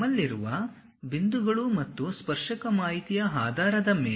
ನಮ್ಮಲ್ಲಿರುವ ಬಿಂದುಗಳು ಮತ್ತು ಸ್ಪರ್ಶಕ ಮಾಹಿತಿಯ ಆಧಾರದ ಮೇಲೆ